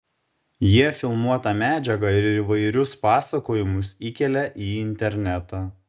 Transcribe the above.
jie filmuotą medžiagą ir įvairius pasakojimus įkelia į internetą